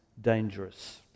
dangerous